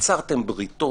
יצרתם בריתות.